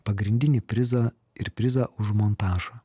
pagrindinį prizą ir prizą už montažą